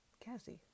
Cassie